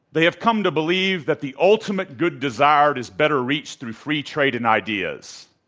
they have come to believe that the ultimate good desired is better reached through free trade and ideas.